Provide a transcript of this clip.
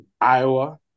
Iowa